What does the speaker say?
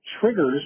triggers